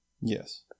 yes